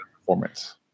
performance